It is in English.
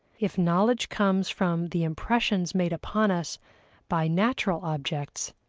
if knowledge comes from the impressions made upon us by natural objects,